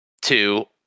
Two